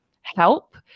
help